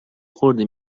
خرد